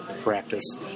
practice